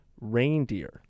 reindeer